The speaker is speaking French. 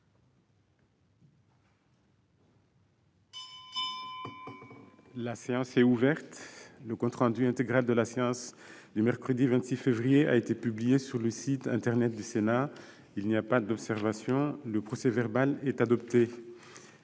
La séance est ouverte. Le compte rendu intégral de la séance du mercredi 26 février 2020 a été publié sur le site internet du Sénat. Il n'y a pas d'observation ?... Le procès-verbal est adopté.